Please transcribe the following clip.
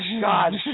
god